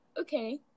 okay